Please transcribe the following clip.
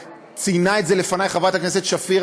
וציינה את זה לפני חברת הכנסת שפיר,